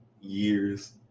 years